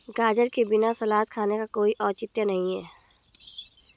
गाजर के बिना सलाद खाने का कोई औचित्य नहीं है